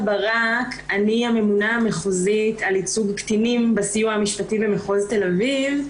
אני הממונה המחוזית על ייצוג קטינים בסיוע המשפטי במחוז תל אביב.